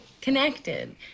connected